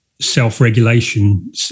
Self-regulation